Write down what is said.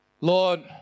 Lord